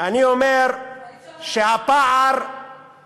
אי-אפשר להאשים את הממשלה.